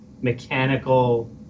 mechanical